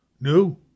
No